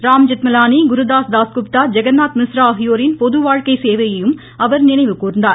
ராம்ஜெத்மலானி குருதாஸ் தாஸ்குப்தா ஜெகன்னாத் மிஸ்ரா ஆகியோரின் பொதுவாழ்க்கை சேவையையும் அவர் நினைவு கூர்ந்தார்